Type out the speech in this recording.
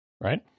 right